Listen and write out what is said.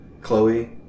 Chloe